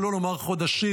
שלא לומר חודשים,